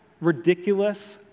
ridiculous